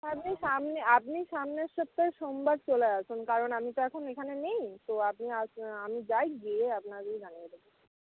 আপনি সামনে আপনি সামনের সপ্তাহের সোমবার চলে আসুন কারণ আমি তো এখন ওইখানে নেই তো আপনি আসবে আমি যাই গিয়ে আপনাকে জানিয়ে দেব